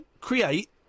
create